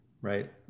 right